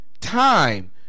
Time